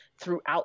throughout